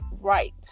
right